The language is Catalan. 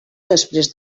després